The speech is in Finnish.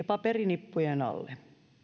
paperinippujen alle